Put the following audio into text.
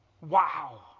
Wow